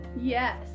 Yes